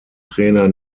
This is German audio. trainer